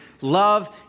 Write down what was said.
love